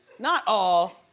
not aww.